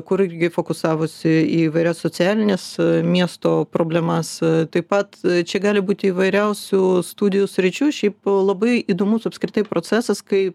kuri irgi fokusavimosi į įvairias socialines miesto problemas taip pat čia gali būti įvairiausių studijų sričių šiaip labai įdomus apskritai procesas kai